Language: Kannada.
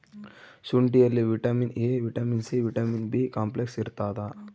ಶುಂಠಿಯಲ್ಲಿ vitamin A vitamin C vitamin B complex ಇರ್ತಾದ